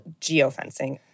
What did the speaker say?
geofencing